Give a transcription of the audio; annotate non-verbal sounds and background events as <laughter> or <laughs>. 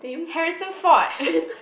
Harrison-Ford <laughs>